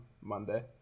Monday